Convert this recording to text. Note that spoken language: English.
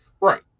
right